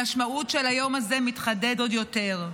המשמעות של היום הזה מתחדדת עוד יותר.